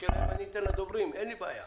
אתן לדוברים, אין בעיה.